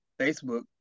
Facebook